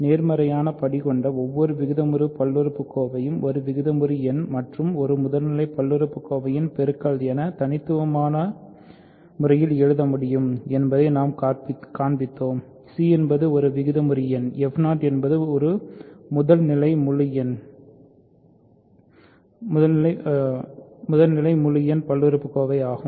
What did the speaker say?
நேர்மறையான படி கொண்ட எந்தவொரு விகிதமுறு பல்லுறுப்புக்கோவையும் ஒரு விகிதமுறு எண் மற்றும் ஒரு முதல்நிலை பல்லுறுப்புக்கோவையின் பெருக்கல் என தனித்துவமாக எழுத முடியும் என்பதை நாம் காண்பித்தோம் c என்பது ஒரு விகிதமுறு எண் f0 என்பது ஒரு முதல்நிலை முழு எண் பல்லுறுப்புக்கோவை ஆகும்